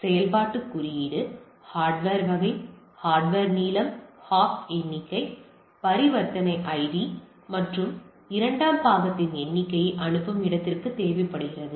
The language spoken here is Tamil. எனவே செயல்பாட்டுக் குறியீடு ஹார்ட்வர் வகை ஹார்ட்வர் நீளம் ஹாப் எண்ணிக்கை பரிவர்த்தனை ஐடி இது இரண்டாம் பாகத்தின் எண்ணிக்கையை அனுப்பும் இடத்திற்கு தேவைப்படுகிறது